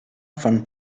von